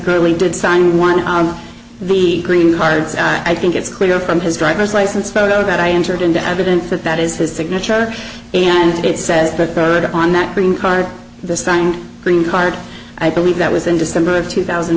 clearly did sign one of the green cards i think it's clear from his driver's license photo that i entered into evidence that that is his signature and it says the road on that green card the signed green card i believe that was in december of two thousand